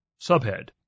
Subhead